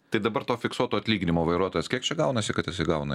tai dabar to fiksuoto atlyginimo vairuotojas kiek čia gaunasi kad jisai gauna